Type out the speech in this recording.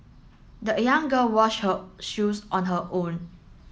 the young girl wash her shoes on her own